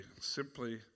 simply